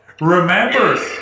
Remember